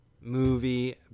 movie